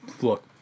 look